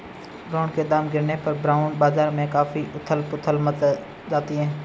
bond के दाम गिरने पर बॉन्ड बाजार में काफी उथल पुथल मच जाती है